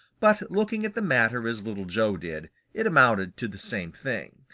but looking at the matter as little joe did, it amounted to the same thing.